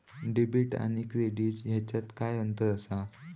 Debit आणि credit ह्याच्यात काय अंतर असा?